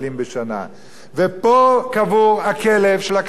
ופה קבור הכלב של הכלכלה הישראלית.